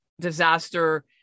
disaster